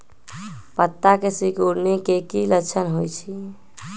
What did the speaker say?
पत्ता के सिकुड़े के की लक्षण होइ छइ?